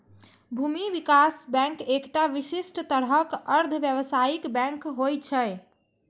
भूमि विकास बैंक एकटा विशिष्ट तरहक अर्ध व्यावसायिक बैंक होइ छै